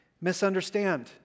misunderstand